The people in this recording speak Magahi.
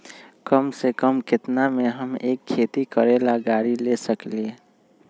कम से कम केतना में हम एक खेती करेला गाड़ी ले सकींले?